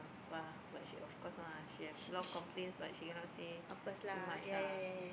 !wah! but she of course lah she have a lot of complaint but she cannot say too much lah